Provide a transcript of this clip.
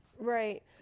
Right